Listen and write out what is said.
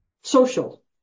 social